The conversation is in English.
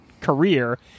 career